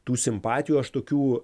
tų simpatijų aš tokių